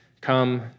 come